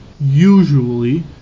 usually